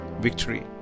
victory